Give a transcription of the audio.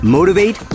Motivate